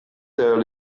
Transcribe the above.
derrière